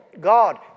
God